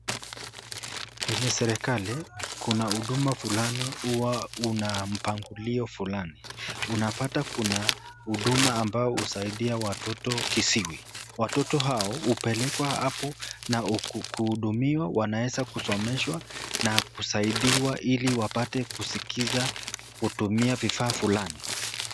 Kwenye serikali, kuna huduma fulani huwa una mpangilio fulani, unapata kuna huduma ambayo husaidia watoto kiziwi, watoto hao hupelekwa hapo na kuhudumiwa wanaweza kusomeshwa na kusaidiwa ili wapate kusikiza kutumia vifaa fulani.